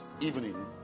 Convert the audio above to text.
evening